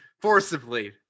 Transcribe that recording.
Forcibly